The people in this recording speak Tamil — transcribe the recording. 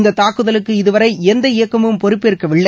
இந்த தாக்குதலுக்கு இதுவரை எந்த இயக்கமும் பொறுப்பேற்கவில்லை